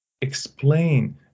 explain